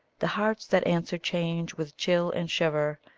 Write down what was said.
the hearts that answer change with chill and shiver,